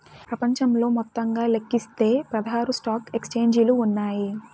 ప్రపంచంలో మొత్తంగా లెక్కిస్తే పదహారు స్టాక్ ఎక్స్చేంజిలు ఉన్నాయి